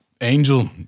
Angel